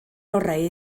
orau